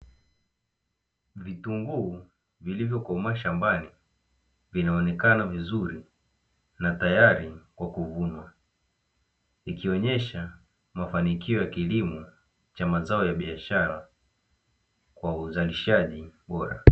Vitunguu vilivyokomaa shambani vinaonekana vizuri na tayari kwa kuvunwa, ikionyesha mafanikio ya kilimo cha mazao ya biashara kwa uzalishaji bora.